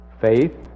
faith